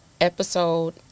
episode